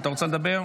אתה רוצה לדבר?